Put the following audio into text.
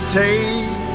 take